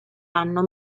anno